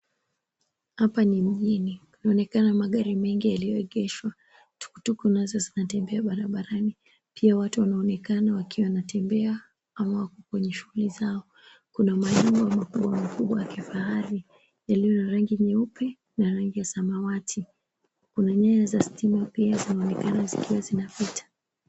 Hapa ni mjini, kunaonekana magari mengi yaliyoegeshwa. Tukutuku nazo zinatembea barabarani pia watu wameonekana wakiwa wanatembea ama wako kwenye shughuli zao. Kuna majumba makubwa makubwa ya kifahari yaliyo na rangi nyeupe na rangi ya samawati. Kuna nyaya za stima pia zinaonekana zikiwa zinapita.